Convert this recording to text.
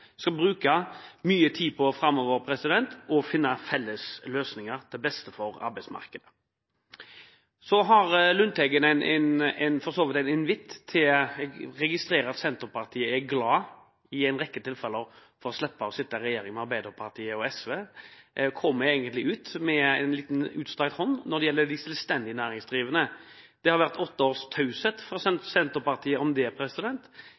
skal bruke mye tid framover på å finne felles løsninger, til beste for arbeidsmarkedet. Så har Lundteigen for så vidt en invitt. Jeg registrerer at Senterpartiet er glad for i en rekke tilfeller å slippe å sitte i regjering med Arbeiderpartiet og SV. Han kommer egentlig med en liten utstrakt hånd når det gjelder de selvstendig næringsdrivende. Det har vært åtte års taushet fra Senterpartiet om det